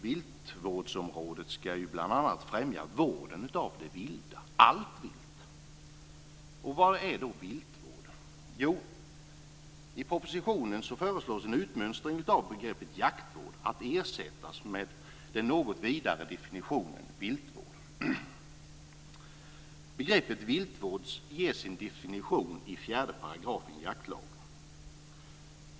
Viltvårdsområdet ska ju bl.a. främja vården av det vilda, av allt vilt. Vad är då viltvård? Jo, i propositionen föreslås en utmönstring av begreppet jaktvård, att ersättas med den något vidare definitionen viltvård. Begreppet viltvård ges en definition i 4 § jaktlagen.